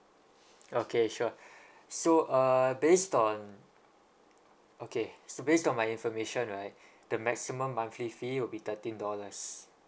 okay sure so uh based on okay so based on my information right the maximum monthly fee will be thirteen dollars